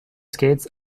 skates